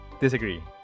Disagree